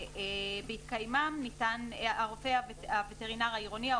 שבהתקיימם הרופא הווטרינר העירוני או